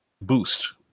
boost